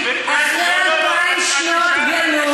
אחרי אלפיים שנות גלות,